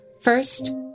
First